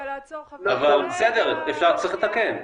אבל בסדר, אפשר לתקן.